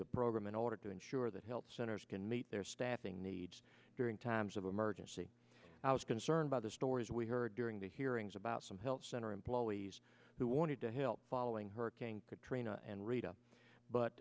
the program in order to ensure that health centers can meet their staffing needs during times of emergency i was concerned by the stories we heard during the hearings about some health center employees who wanted to help following hurricane katrina and rita but